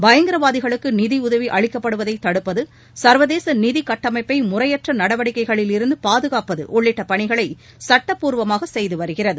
பயங்கரவாதிகளுக்கு நிதி உதவி அளிக்கப்படுவதை தடுப்பது சு்வதேச நிதி கட்டமைப்பை முறையற்ற நடவடிக்கைகளிலிருந்து பாதுகாப்பது உள்ளிட்ட பணிகளை சட்டப்பூர்வமாக செய்து வருகிறது